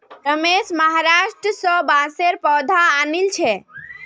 रमेश महाराष्ट्र स बांसेर पौधा आनिल छ